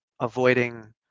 avoiding